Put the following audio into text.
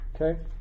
Okay